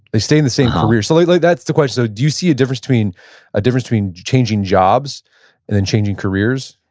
they stay in the same career. so like hat's the question. so do you see a difference between ah difference between changing jobs and then changing careers?